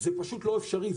זה פשוט לא אפשרי.